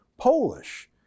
Polish